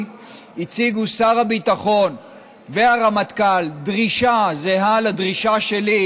הציגו שר הביטחון והרמטכ"ל דרישה זהה לדרישה שלי,